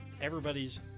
Everybody's